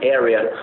area